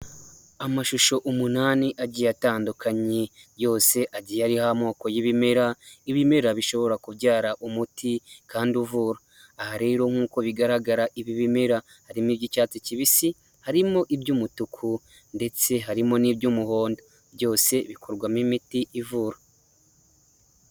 Amashusho umunani agiye atandukanye yose agiye ariho amoko y'ibimera, ibimera bishobora kubyara umuti kandi uvura, aha rero nk'uko bigaragara ibi bimera harimo iby'icyatsi kibisi, harimo iby'umutuku ndetse harimo n'iby'umuhondo, byose bikorwamo imiti ivura.